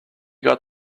got